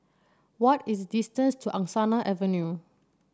what is the distance to Angsana Avenue